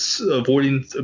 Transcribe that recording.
avoiding